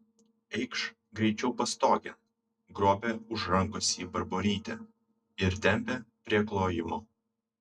eikš greičiau pastogėn grobia už rankos jį barborytė ir tempia prie klojimo